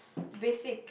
basic